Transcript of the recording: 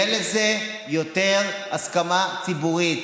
תהיה לזה יותר הסכמה ציבורית.